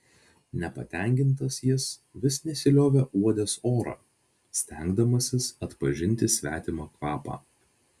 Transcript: nepatenkintas jis vis nesiliovė uodęs orą stengdamasis atpažinti svetimą kvapą